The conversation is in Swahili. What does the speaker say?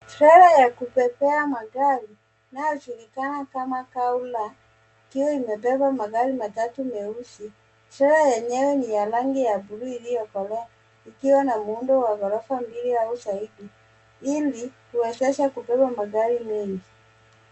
Trela ya kubebea magari inayojulikana kama Car hauler ikiwa imebeba magari matatu meusi , trela yenyewe ni ya rangi ya bluu iliyokolea ikiwa na muundo wa ghorofa mbili au zaidi ili kuwezesha kubeba magari mengi.